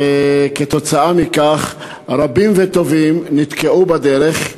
כתוצאה מכך רבים וטובים נתקעו בדרך.